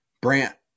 Brant